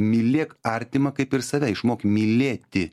mylėk artimą kaip ir save išmok mylėti